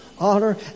honor